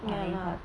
ya lah